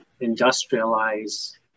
industrialize